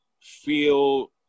feel